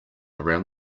around